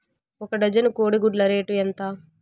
ఒక డజను కోడి గుడ్ల రేటు ఎంత?